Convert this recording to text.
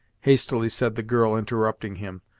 hastily said the girl, interrupting him,